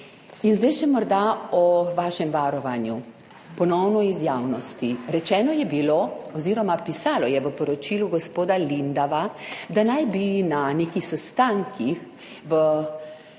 In zdaj še morda o vašem varovanju, ponovno iz javnosti. Rečeno je bilo oziroma pisalo je v poročilu gospoda Lindava, da naj vam bi na nekih sestankih v